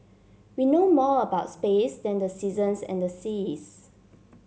we know more about space than the seasons and the seas